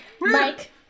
Mike